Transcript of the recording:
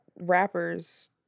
rappers